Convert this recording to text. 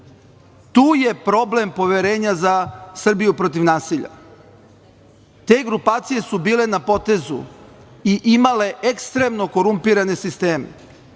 Tu je problem poverenja za "Srbiju protiv nasilja". Te grupacije su bile na potezu i imale ekstremno korumpirane sisteme.